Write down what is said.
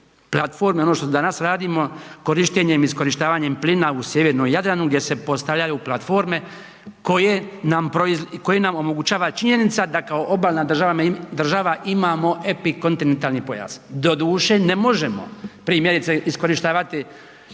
platforme i ono što danas radimo korištenjem, iskorištavanjem plina u sjevernom Jadranu gdje se postavljaju platforme koje nam omogućava činjenica da kao obalna država imamo epikontinentalni pojas. Doduše ne možemo primjerice iskorištavati